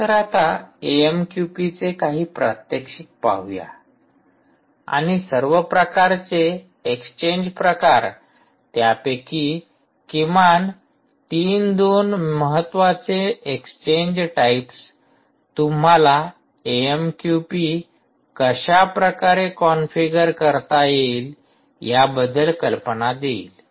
चला तर आता एएमक्यूपीचे काही प्रात्यक्षिक पाहूया आणि सर्व प्रकारचे एक्सचेंज प्रकार त्यापैकी किमान ३ २ महत्वाचे एक्सचेंज टाईप्स तुम्हाला एएमक्यूपी कशाप्रकारे कॉन्फिगर करता येईल याबद्दल कल्पना देईल